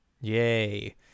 Yay